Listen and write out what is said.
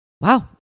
wow